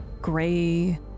Gray